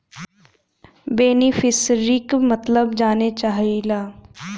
बेनिफिसरीक मतलब जाने चाहीला?